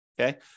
Okay